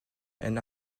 and